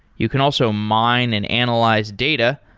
you can also mine and analyze data,